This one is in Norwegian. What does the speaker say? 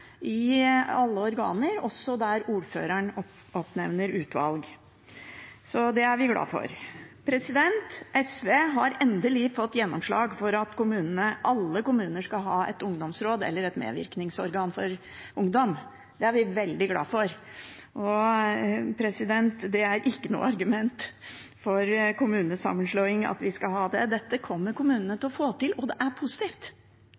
i alle organer, også der ordføreren oppnevner utvalg. Det er vi glad for. SV har endelig fått gjennomslag for at alle kommuner skal ha et ungdomsråd eller et medvirkningsorgan for ungdom. Det er vi veldig glad for. Og det er ikke noe argument for kommunesammenslåing at vi skal ha det! Dette kommer kommunene til å få til. Det er positivt